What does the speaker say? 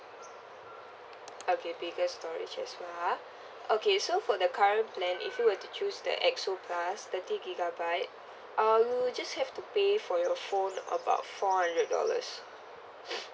okay bigger storage as well ah okay so for the current plan if you were to choose the X O plus thirty gigabyte uh you'll just have to pay for your phone about four hundred dollars